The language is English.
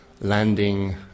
landing